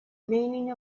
meaning